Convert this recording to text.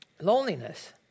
Loneliness